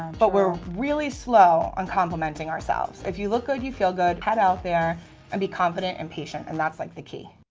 but we're really slow on complimenting ourselves. if you look good you feel good. head out there and be confident and patient. and that's like the key.